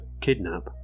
kidnap